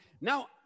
Now